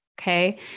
okay